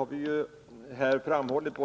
Både utskottet och jag har ju framhållit